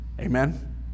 Amen